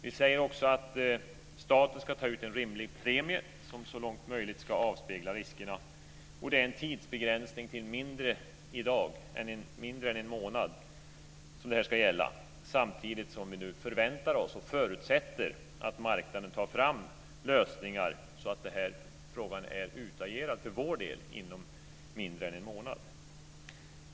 Vi säger också att staten ska ta ut en rimlig premie, som så långt möjligt ska avspegla riskerna. Det är i dag en tidsbegränsning till mindre än en månad som det här ska gälla. Samtidigt förväntar vi oss nu och förutsätter vi att marknaden tar fram lösningar så att den här frågan är utagerad för vår del inom mindre än en månad.